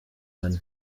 bane